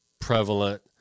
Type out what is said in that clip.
prevalent